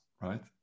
right